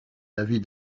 l’avis